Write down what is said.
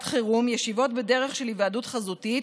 חירום ישיבות בדרך של היוועדות חזותית,